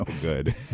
good